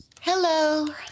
Hello